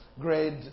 grade